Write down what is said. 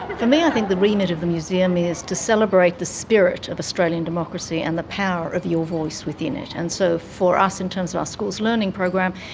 for me i the remit of the museum is to celebrate the spirit of australian democracy and the power of your voice within it. and so for us in terms of our schools learning program,